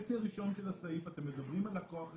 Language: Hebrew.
בחצי הראשון של הסעיף אתם מדברים על לקוח אחד.